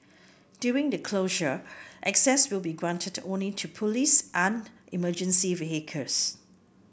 during the closure access will be granted only to police and emergency vehicles